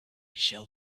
shall